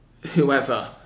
whoever